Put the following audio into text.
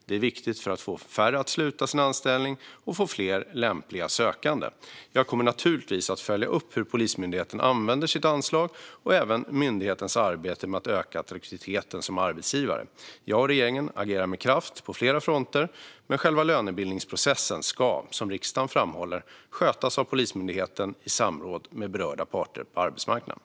Det är viktigt för att få färre att sluta sin anställning och för att få fler lämpliga sökande. Jag kommer naturligtvis att följa upp hur Polismyndigheten använder sitt anslag. Jag kommer också att följa upp myndighetens arbete med att öka attraktiviteten som arbetsgivare. Jag och regeringen agerar med kraft på flera fronter, men själva lönebildningsprocessen ska, som riksdagen framhåller, skötas av Polismyndigheten i samråd med berörda parter på arbetsmarknaden.